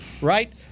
right